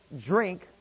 drink